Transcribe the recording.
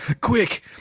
quick